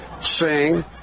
sing